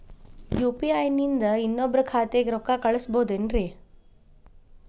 UPI ನಿಂದ ಇನ್ನೊಬ್ರ ಖಾತೆಗೆ ರೊಕ್ಕ ಕಳ್ಸಬಹುದೇನ್ರಿ?